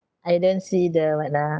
I don't see the what ah